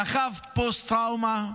סחב פוסט-טראומה.